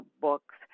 books